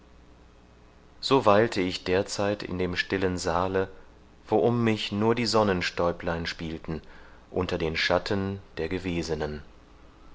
so weilte ich derzeit in dem stillen saale wo um mich nur die sonnenstäublein spielten unter den schatten der gewesenen